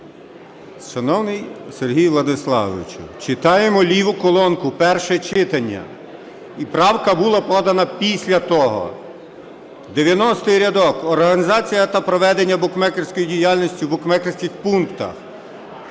Шановний Сергій Владиславович, читаємо ліву колонку - перше читання і правка була подана після того, 90-й рядок: "організація та проведення букмекерської діяльності в букмекерських пунктах";